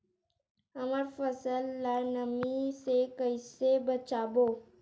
हमर फसल ल नमी से क ई से बचाबो?